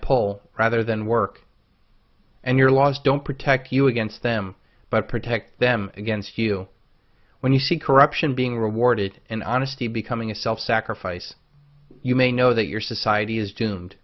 pole rather than work and your laws don't protect you against them but protect them against you when you see corruption being rewarded in honesty becoming a self sacrifice you may know that your society is doomed